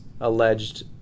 alleged